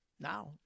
now